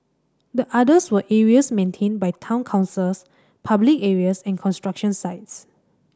the others were areas maintained by town councils public areas and construction sites